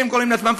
שהם קוראים לעצמם,